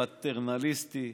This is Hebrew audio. פטרנליסטי,